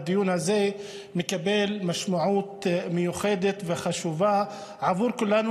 הדיון הזה מקבל משמעות מיוחדת וחשובה בעבור כולנו,